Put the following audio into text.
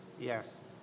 Yes